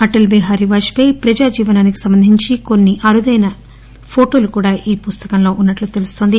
Atal Bihari Vajpayee ప్రజా జీవనానికి సంబంధించి కొన్ని అరుదైన ఫోటోలు కూడా ఈ పుస్తకంలో వున్నట్టు తెలుస్తోంది